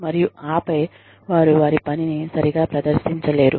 మరియు ఆపై వారు వారి పనిని సరిగా ప్రదర్శించలేరు